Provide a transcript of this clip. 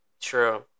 True